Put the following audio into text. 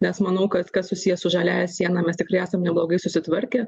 nes manau kad kas susiję su žaliąja siena mes tikrai esam neblogai susitvarkę